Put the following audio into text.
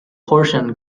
portion